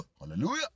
hallelujah